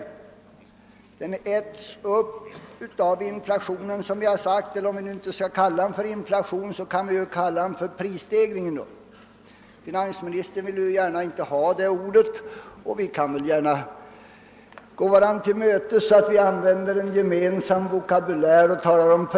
Skatteminskningen äts upp av inflationen — finansministern vill inte gärna att vi skall använda det ordet, så låt mig i stället säga prisstegringarna; vi kan gärna gå varandra till mötes genom att använda en gemensam vokabulär.